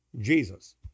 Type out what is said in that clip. Jesus